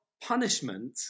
punishment